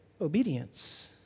Obedience